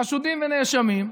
חשודים ונאשמים,